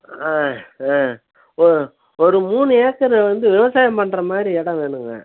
ஆ ஆ ஒ ஒரு மூணு ஏக்கரு வந்து விவசாயம் பண்ணுற மாதிரி இடோம் வேணுங்க